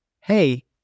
Hey